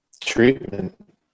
treatment